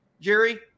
Jerry